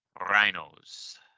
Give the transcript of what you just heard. Rhinos